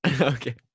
Okay